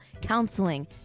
counseling